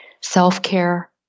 Self-care